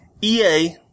EA